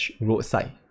roadside